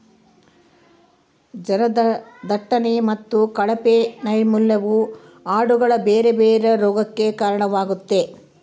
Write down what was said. ಜನದಟ್ಟಣೆ ಮತ್ತೆ ಕಳಪೆ ನೈರ್ಮಲ್ಯವು ಆಡುಗಳ ಬೇರೆ ಬೇರೆ ರೋಗಗಕ್ಕ ಕಾರಣವಾಗ್ತತೆ